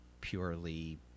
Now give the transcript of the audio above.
purely